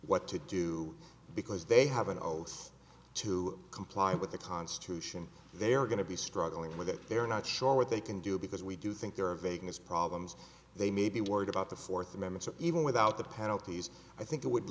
what to do because they have an oath to comply with the constitution they're going to be struggling with it they're not sure what they can do because we do think there are vagueness problems they may be worried about the fourth amendment even without the penalties i think that would